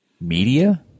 Media